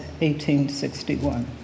1861